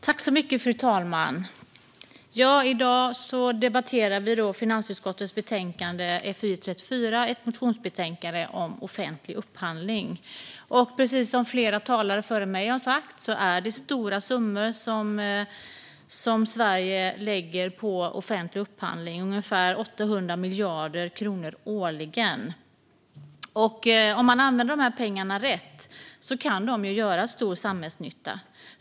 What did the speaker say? Fru talman! I dag debatterar vi finansutskottets betänkande FiU34, ett motionsbetänkande om offentlig upphandling. Precis som flera talare före mig har sagt är det stora summor som Sverige lägger på offentlig upphandling - ungefär 800 miljarder kronor årligen. Om man använder de här pengarna rätt kan de göra stor samhällsnytta.